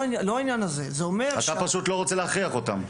אתה פשוט לא רוצה להכריח אותם,